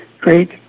great